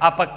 А пък